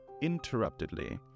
interruptedly